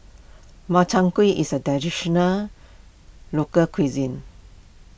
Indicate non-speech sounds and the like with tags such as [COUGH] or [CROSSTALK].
Makchang Gui is a [UNINTELLIGIBLE] local cuisine